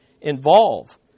involve